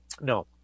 No